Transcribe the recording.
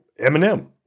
Eminem